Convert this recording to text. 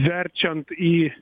verčiant į